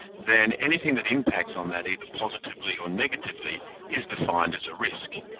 then anything that impacts on that either positively or negatively is defined as a risk.